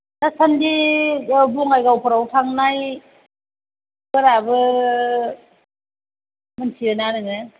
दासानदियाव बङाइगावफोराव थांनाय फोराबो मिन्थियो ना नोङो